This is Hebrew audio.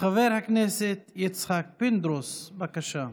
חבר הכנסת יצחק פינדרוס, בבקשה.